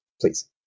please